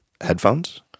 headphones